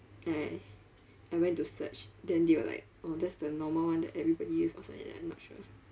I I went to search then they were like oh that's the normal one that everybody use or something like that I not sure